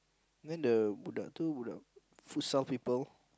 then the budak itu budak futsal people